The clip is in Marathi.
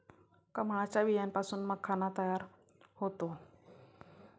कमळाच्या बियांपासून माखणा तयार होतो